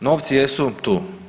Novci jesu tu.